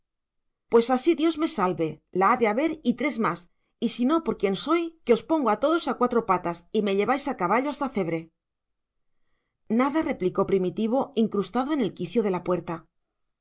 pues así dios me salve la ha de haber y tres más y si no por quien soy que os pongo a todos a cuatro patas y me lleváis a caballo hasta cebre nada replicó primitivo incrustado en el quicio de la puerta